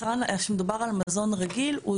כשמדובר על מזון רגיל,